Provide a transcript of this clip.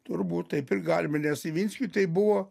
turbūt taip ir galime nes ivinskiui tai buvo